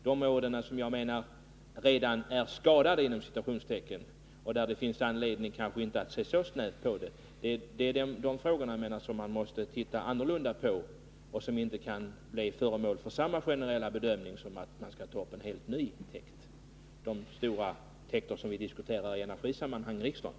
Det gäller alltså områden som redan är ”skadade” och där man kanske inte har anledning att se så snävt på dessa aspekter. Jag menar att man måste se annorlunda på dessa frågor och att de inte bör bli föremål för samma generella bedömning som när det är fråga om att ta upp en helt ny täkt, t.ex. sådana stora täkter som vi i energisammanhang diskuterar här i riksdagen.